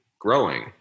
growing